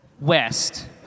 West